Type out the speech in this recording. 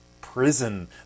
prison